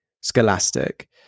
Scholastic